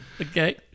Okay